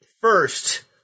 first